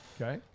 Okay